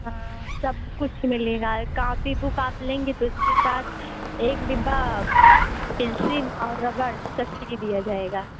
हाँ सब कुछ मिलेगा काँपी बुक आप लेंगी तो उसके साथ एक डिब्बा पेंसिन और रबड़ सब फ्री दिया जाएगा